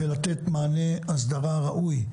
ולתת מענה אסדרה ראוי,